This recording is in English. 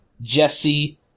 Jesse